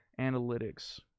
analytics